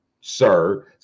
sir